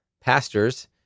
pastors